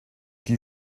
qui